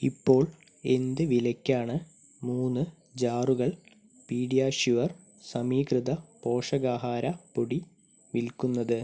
ഇപ്പോൾ എന്ത് വിലയ്ക്കാണ് മൂന്ന് ജാറുകൾ പീഡിയാഷ്യൂർ സമീകൃത പോഷകാഹാര പൊടി വിൽക്കുന്നത്